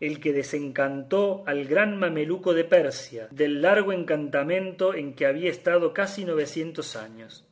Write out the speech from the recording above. el que desencantó al gran mameluco de persia del largo encantamento en que había estado casi novecientos años